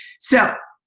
so,